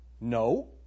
No